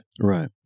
right